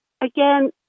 again